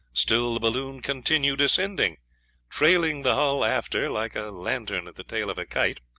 still the balloon continued ascending trailing the hull after like a lantern at the tail of a kite,